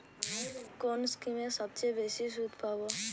কোন স্কিমে সবচেয়ে বেশি সুদ পাব?